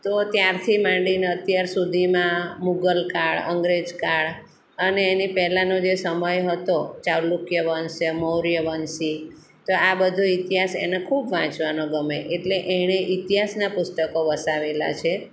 તો ત્યારથી માંડીને અત્યાર સુધીમાં મુગલકાળ અંગ્રેજકાળ અને એની પહેલાંનો જે સમય હતો ચાલુક્ય વંશ છે મૌર્ય વંશી તો આ બધો ઇતિહાસ એને ખૂબ વાંચવાનો ગમે એટલે એણે ઇતિહાસના પુસ્તકો વસાવેલા છે